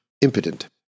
impotent